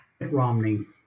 Romney